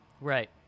Right